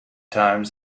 times